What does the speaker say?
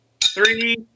three